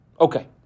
Okay